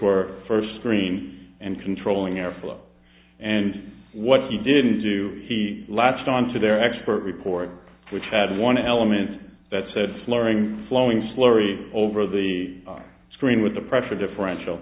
were first screen and controlling air flow and what he didn't do he latched onto their expert report which had one element that said flooring flowing slurry over the screen with the pressure differential